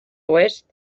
oest